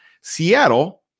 Seattle